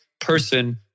person